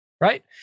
right